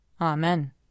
Amen